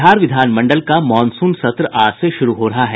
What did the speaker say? बिहार विधानमंडल का मॉनसून सत्र आज से शुरू हो रहा है